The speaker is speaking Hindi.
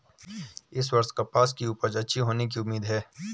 इस वर्ष कपास की उपज अच्छी होने की उम्मीद है